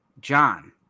John